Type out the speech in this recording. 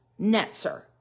Netzer